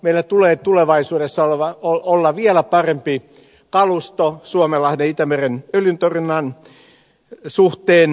meillä tulee tulevaisuudessa olla vielä parempi kalusto suomenlahden itämeren öljyntorjunnan suhteen